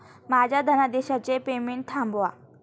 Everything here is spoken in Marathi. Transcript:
माझ्या धनादेशाचे पेमेंट थांबवा